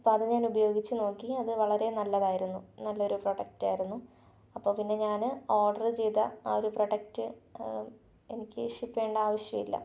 അപ്പോൾ അതു ഞാൻ ഉപയോഗിച്ചു നോക്കി അതു വളരെ നല്ലതായിരുന്നു നല്ലൊരു പ്രോഡക്റ്റ് ആയിരുന്നു അപ്പോൾ പിന്നെ ഞാൻ ഓഡർ ചെയ്ത ആ ഒരു പ്രോഡക്റ്റ് എനിക്ക് ഷിപ്പ് ചെയ്യേണ്ട ആവശ്യം ഇല്ല